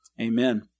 Amen